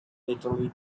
italy